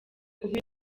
kuba